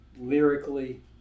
lyrically